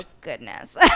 goodness